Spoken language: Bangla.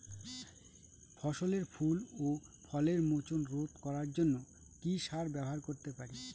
ফসলের ফুল ও ফলের মোচন রোধ করার জন্য কি সার ব্যবহার করতে পারি?